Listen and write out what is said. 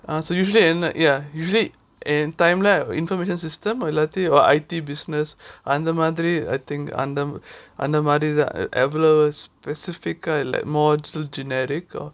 ah so usually and like ya usually and time lah information system இல்லாட்டி:illati or I_T business அந்த மாதிரி:andha madhiri I think அந்த மாதிரி தான்:andha madhirithan specific uh like modes still generic or